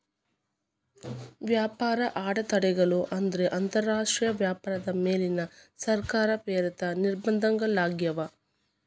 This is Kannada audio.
ವ್ಯಾಪಾರ ಅಡೆತಡೆಗಳು ಅಂದ್ರ ಅಂತರಾಷ್ಟ್ರೇಯ ವ್ಯಾಪಾರದ ಮೇಲಿನ ಸರ್ಕಾರ ಪ್ರೇರಿತ ನಿರ್ಬಂಧಗಳಾಗ್ಯಾವ